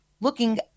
looking